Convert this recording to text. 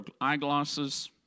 eyeglasses